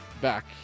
back